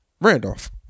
Randolph